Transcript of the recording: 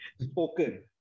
spoken